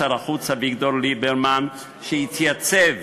שר החוץ אביגדור ליברמן, שהתייצב